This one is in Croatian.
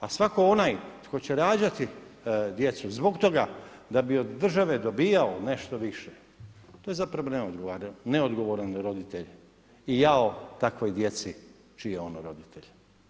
A svatko onaj tko će rađati djecu zbog toga da bi od države dobivao nešto više to je zapravo neodgovoran roditelj i jao takvoj djeci čiji je ono roditelj.